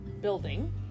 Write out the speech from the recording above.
building